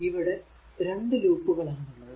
ഇവിടെ 2 ലൂപ്പുകൾ ആണുള്ളത്